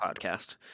podcast